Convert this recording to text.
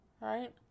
Right